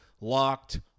locked